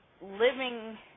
living